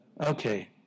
Okay